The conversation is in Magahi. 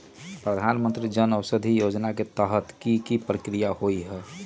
प्रधानमंत्री जन औषधि योजना के तहत की की प्रक्रिया होई?